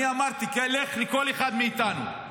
אני אמרתי: תלך לכל אחד מאיתנו,